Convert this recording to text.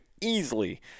easily